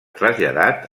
traslladat